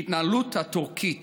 ההתנהלות של טורקיה